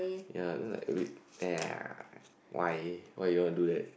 ya then like a bit !ee! why why you wanna do that